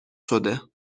شده